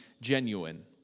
genuine